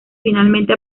finalmente